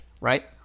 right